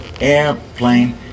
airplane